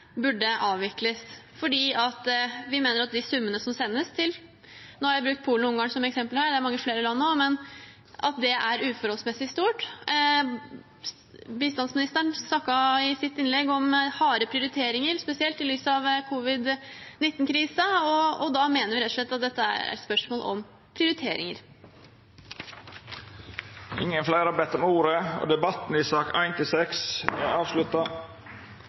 burde avvikles, for vi mener at de summene som sendes til bl.a. Polen og Ungarn – som jeg har brukt som eksempel her, det er mange flere land – er uforholdsmessig store. Bistandsministeren snakket i sitt innlegg om harde prioriteringer, spesielt i lys av covid-19-krisen, og da mener vi rett og slett at dette er et spørsmål om prioriteringer. Fleire har ikkje bedt om ordet til sak nr. 1–6. Etter ynskje frå arbeids- og